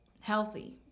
healthy